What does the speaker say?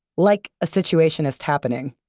like a situationist happening.